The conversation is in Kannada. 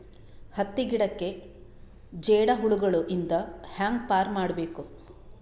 ಹತ್ತಿ ಗಿಡಕ್ಕೆ ಜೇಡ ಹುಳಗಳು ಇಂದ ಹ್ಯಾಂಗ್ ಪಾರ್ ಮಾಡಬೇಕು?